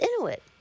Inuit